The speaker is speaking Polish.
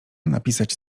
napisać